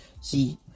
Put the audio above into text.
see